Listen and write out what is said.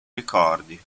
ricordi